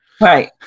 Right